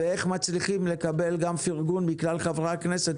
ואיך מצליחים לקבל פרגון מכלל חברי הכנסת